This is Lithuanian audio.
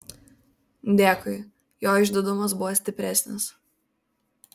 dėkui jo išdidumas buvo stipresnis